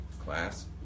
class